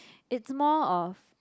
it's more of